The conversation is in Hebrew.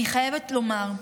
אני חייבת לומר,